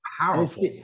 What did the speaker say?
powerful